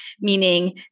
Meaning